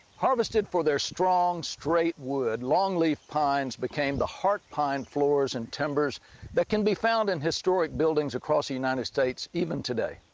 harvested for their strong, straight wood, longleaf pines became the heart pine floors and timbers that can be found in historic buildings across the united states, even today.